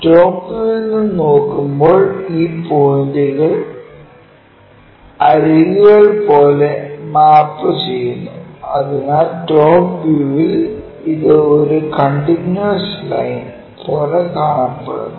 top വ്യൂവിൽ നിന്ന് നോക്കുമ്പോൾ ഈ പോയിന്റുകൾ അരികുകൾ പോലെ മാപ്പ് ചെയ്യുന്നു അതിനാൽ ടോപ് വ്യൂവിൽ ഇത് ഒരു കണ്ടിന്യൂസ് ലൈൻ പോലെ കാണപ്പെടുന്നു